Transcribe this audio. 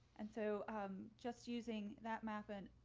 and so i'm just using that map and